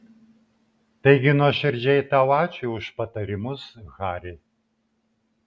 taigi nuoširdžiai tau ačiū už patarimus hari